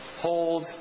hold